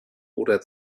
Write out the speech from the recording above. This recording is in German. oder